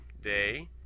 day